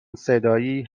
صدایی